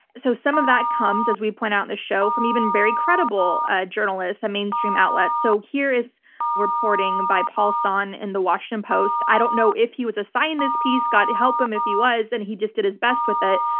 so some of that comes, as we point out in the show, from even very credible journalists and mainstream outlets. so here is reporting by paul sonne in the washington post. i don't know if he was assigned this piece-god help him if he was-and and he just did his best with it.